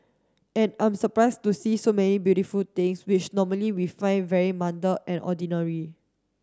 and I'm surprised to see so many beautiful things which normally we find very mundane and ordinary